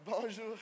bonjour